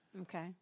Okay